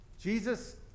Jesus